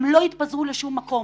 הם לא יתפזרו לשום מקום.